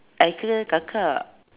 I kakak